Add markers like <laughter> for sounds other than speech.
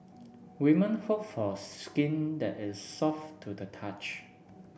women hope for <unintelligible> that is soft to the touch